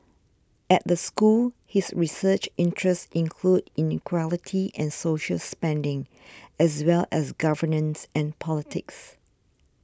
at the school his research interests include inequality and social spending as well as governance and politics